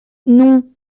non